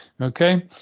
Okay